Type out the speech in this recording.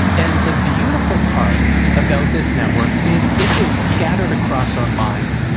and the beautiful part about this network is it is scattered across our mind,